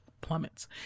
plummets